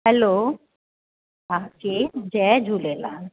हलो हा केर जय झूलेलाल